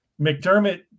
McDermott –